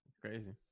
crazy